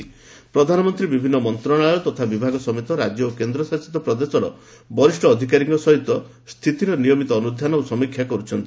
ମାନନୀୟ ପ୍ରଧାନମନ୍ତ୍ରୀ ବିଭିନ୍ନ ମନ୍ତ୍ରଶାଳୟ ତଥା ବିଭାଗ ସମେତ ରାଜ୍ୟ ଓ କେନ୍ଦ୍ର ଶାସିତ ପ୍ରଦେଶର ବରିଷ୍ଣ ଅଧିକାରୀଙ୍କ ସହିତ ୍ରିତିର ନିୟମିତ ଅନୁଧ୍ୟାନ ଏବଂ ସମୀକ୍ଷା କରୁଛନ୍ତି